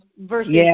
versus